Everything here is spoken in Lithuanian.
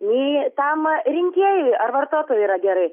nei tam rinkėjui ar vartotojui yra gerai